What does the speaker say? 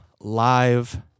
live